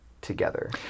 together